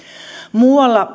muualla